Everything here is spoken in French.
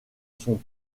sont